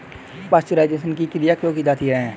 Pasteurisation की क्रिया क्यों की जाती है?